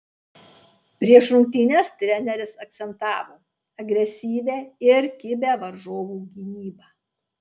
prieš rungtynes treneris akcentavo agresyvią ir kibią varžovų gynybą